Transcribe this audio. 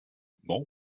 more